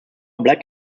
black